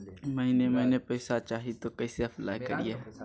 महीने महीने पैसा चाही, तो कैसे अप्लाई करिए?